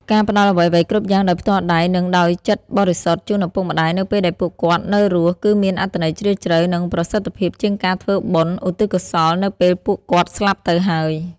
ការផ្តល់អ្វីៗគ្រប់យ៉ាងដោយផ្ទាល់ដៃ និងដោយចិត្តបរិសុទ្ធជូនឪពុកម្តាយនៅពេលដែលពួកគាត់នៅរស់ គឺមានអត្ថន័យជ្រាលជ្រៅ និងប្រសិទ្ធភាពជាងការធ្វើបុណ្យឧទ្ទិសកុសលនៅពេលពួកគាត់ស្លាប់ទៅហើយ។